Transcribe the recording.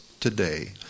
today